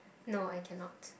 no I cannot